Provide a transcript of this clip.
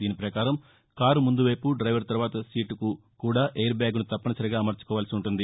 దీని ప్రకారం కారు ముందువైపు డ్రెవర్ తరువాత సీటుకు కూడా ఎయిర్ బ్యాగును తప్పనిసరిగా అమర్చుకోవలసి ఉంటుంది